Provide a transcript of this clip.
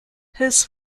his